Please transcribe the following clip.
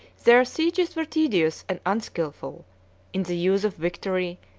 their sieges were tedious and unskilful in the use of victory,